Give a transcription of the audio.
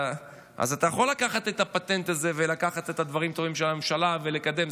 אז אתה יכול לקחת את הפטנט הזה ולקחת את הדברים הטובים של הממשלה ולקדם.